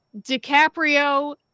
DiCaprio